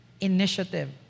initiative